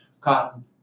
Cotton